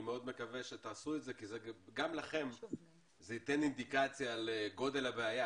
אני מאוד מקווה שתעשו את זה כי גם לכם זה ייתן אינדיקציה לגודל הבעיה.